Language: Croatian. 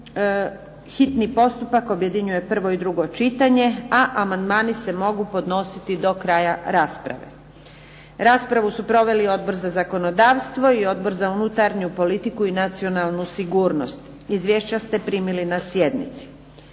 Hitni postupak objedinjuje prvo i drugo čitanje, a amandmani se mogu podnositi do kraja rasprave. Raspravu su proveli Odbor za zakonodavstvo i Odbor za unutarnju politiku i nacionalnu sigurnost. Izvješća ste primili na sjednici.